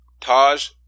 Taj